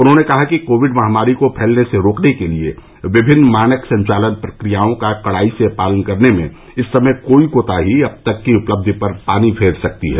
उन्होंने कहा कि कोविड महामारी को फैलने से रोकने के लिए विभिन्न मानक संचालन प्रक्रियाओं के कड़ाई से पालन में इस समय कोई कोताही अब तक की उपलब्धि पर पानी फेर सकती है